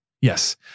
Yes